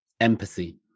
empathy